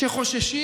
שחוששים.